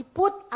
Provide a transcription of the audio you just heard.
put